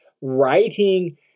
writing